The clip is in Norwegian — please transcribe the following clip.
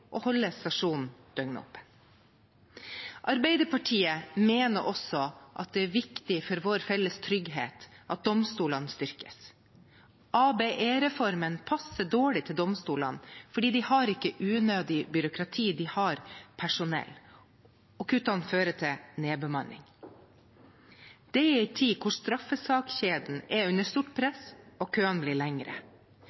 og holde stasjonen døgnåpen. Arbeiderpartiet mener også at det er viktig for vår felles trygghet at domstolene styrkes. ABE-reformen passer dårlig for domstolene, for de har ikke unødig byråkrati, de har personell, og kuttene fører til nedbemanning. Det skjer i en tid da straffesakskjeden er under stort